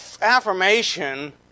affirmation